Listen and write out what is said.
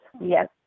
Yes